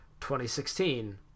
2016